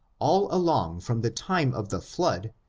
all along from the time of the flood,